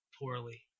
poorly